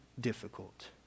difficult